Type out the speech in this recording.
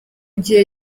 gihe